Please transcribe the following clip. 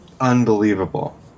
unbelievable